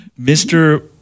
Mr